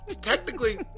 technically